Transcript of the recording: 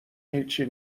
هیچی